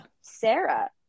Sarah